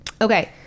okay